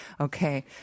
Okay